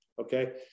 okay